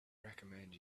recommend